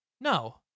No